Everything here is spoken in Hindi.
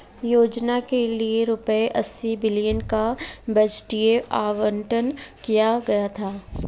योजना के लिए रूपए अस्सी बिलियन का बजटीय आवंटन किया गया था